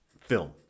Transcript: film